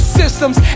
systems